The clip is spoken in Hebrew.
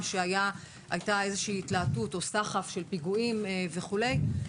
שהייתה איזושהי התלהטות או סחף של פיגועים וכו',